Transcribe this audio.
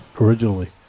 originally